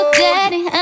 daddy